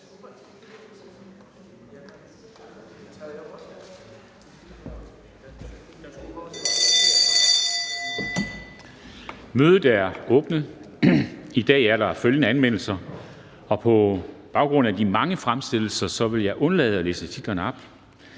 Mødet er åbnet. I dag er der følgende anmeldelser, og på baggrund af de mange fremsættelser vil jeg undlade at læse titlerne op: